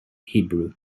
hebrew